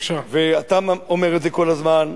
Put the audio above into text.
אתה אומר את זה כל הזמן,